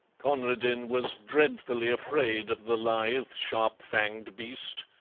conradin was dreadfully afraid of the lithe, sharp-fanged beast,